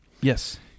Yes